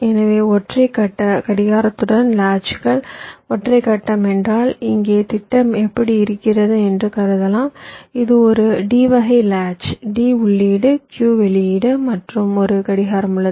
எனவே ஒற்றை கட்ட கடிகாரத்துடன் லாட்ச்கள் ஒற்றை கட்டம் என்றால் இங்கே திட்டம் எப்படி இருக்கிறது என்று கருதலாம் இது ஒரு D வகை லாட்ச் D உள்ளீடு Q வெளியீடு மற்றும் ஒரு கடிகாரம் உள்ளது